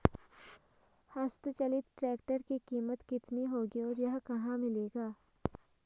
हस्त चलित ट्रैक्टर की कीमत कितनी होगी और यह कहाँ मिलेगा?